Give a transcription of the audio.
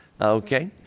Okay